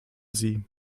sie